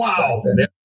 Wow